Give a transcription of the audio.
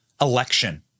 election